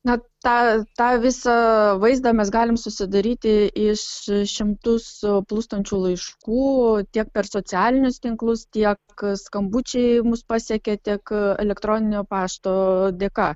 na tą tą visą vaizdą mes galim susidaryti iš šimtus plūstančių laiškų tiek per socialinius tinklus tiek skambučiai mus pasiekė tik elektroninio pašto dėka